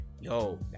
Yo